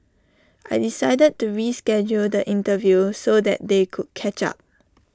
I decided to reschedule the interview so that they could catch up